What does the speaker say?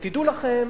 ותדעו לכם